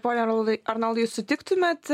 pone arnioldai arnoldai sutiktumėt